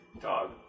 Dog